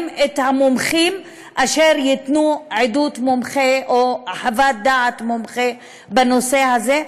את המומחים אשר ייתנו עדות מומחה או חוות דעת מומחה בנושא הזה,